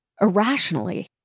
irrationally